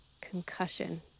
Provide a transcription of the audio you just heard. concussion